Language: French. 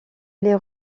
les